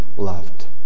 loved